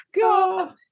God